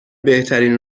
بهترین